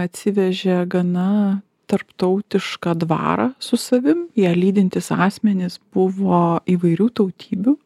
atsivežė gana tarptautišką dvarą su savim ją lydintys asmenys buvo įvairių tautybių